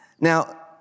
Now